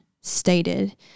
stated